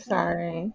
Sorry